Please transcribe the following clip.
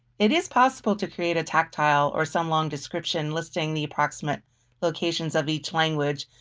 it is possible to create a tactile or some long description listing the approximate locations of each language,